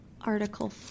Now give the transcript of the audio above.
Article